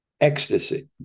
ecstasy